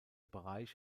bereich